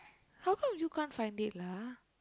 how come you can't find it lah